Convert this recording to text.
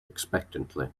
expectantly